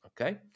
okay